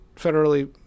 federally